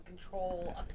control